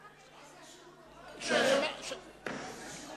זה, שיעור פרטי?